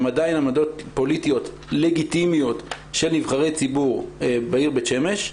הן עדיין עמדות פוליטיות לגיטימיות של נבחרי ציבור בעיר בית שמש.